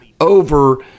over